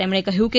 તેમણે કહ્યું કે